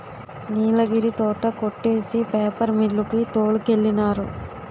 నీలగిరి తోట కొట్టేసి paper mill కి తోలికెళ్ళినారు